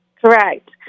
Correct